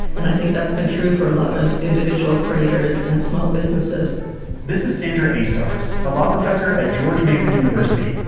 and i think that's been true for a lot of individual creators and small businesses this is sandra aistars, a law professor at george mason university.